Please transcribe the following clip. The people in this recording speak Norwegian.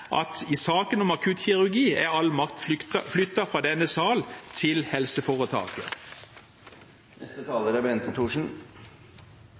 at i saken om akuttkirurgi er all makt flyttet fra denne sal til helseforetaket.